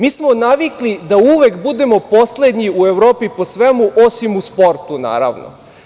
Mi smo navikli da uvek budemo poslednji u Evropi po svemu, osim u sportu, naravno.